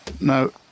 no